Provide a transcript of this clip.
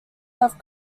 have